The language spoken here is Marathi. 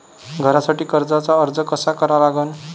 घरासाठी कर्जाचा अर्ज कसा करा लागन?